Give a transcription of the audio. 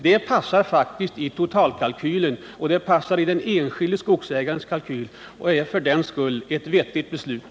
Det passar in i totalkalkylen och det passar i den enskilde skogsägarens kalkyl och vore för den skull ett vettigt beslut.